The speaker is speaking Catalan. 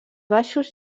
baixos